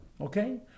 Okay